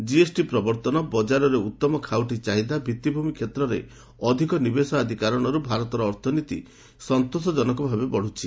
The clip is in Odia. ଜିଏସ୍ଟି ପ୍ରବର୍ତ୍ତନ ବଜାରରେ ଉତ୍ତମ ଖାଉଟି ଚାହିଦା ଭିଭିଭୂମି କ୍ଷେତ୍ରରେ ଅଧିକ ନିବେଶ ଆଦି କାରଣରୁ ଭାରତର ଅର୍ଥନୀତି ସନ୍ତୋଷଜନକ ଭାବେ ବଢୁଛି